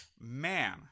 man